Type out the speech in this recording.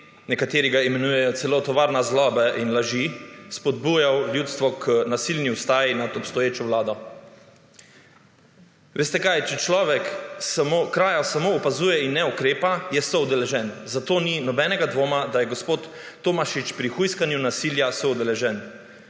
nekateri ga imenujejo celo tovarna zlobe in laži, spodbujal ljudstvo k nasilni ustaji nad obstoječo Vlado. Veste kaj, če človek s kraja samo opazuje in ne ukrepa, je soudeležen. Zato ni nobenega dvoma, da je gospod Tomašič pri hujskanju nasilja soudeležen,